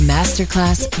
Masterclass